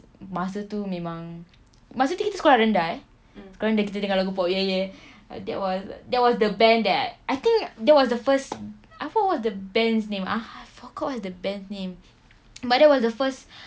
masa tu memang masa tu kita sekolah rendah eh sekolah rendah kita dah dengar lagu pop yeh yeh that was that was the band that I think that was the first I forgot what's the band's name I forgot what's the band's name but that was the first